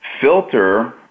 filter